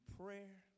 prayer